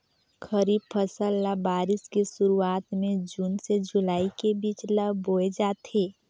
खरीफ फसल ल बारिश के शुरुआत में जून से जुलाई के बीच ल बोए जाथे